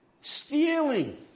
Stealing